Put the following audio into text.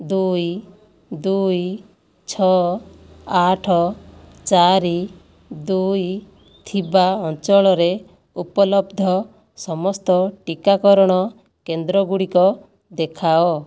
ଦୁଇ ଦୁଇ ଛଅ ଆଠ ଚାରି ଦୁଇ ଥିବା ଅଞ୍ଚଳରେ ଉପଲବ୍ଧ ସମସ୍ତ ଟୀକାକରଣ କେନ୍ଦ୍ରଗୁଡ଼ିକ ଦେଖାଅ